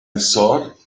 thought